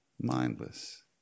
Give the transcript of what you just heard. Mindless